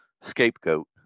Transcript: scapegoat